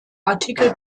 artikel